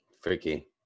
Freaky